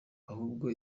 ahubwo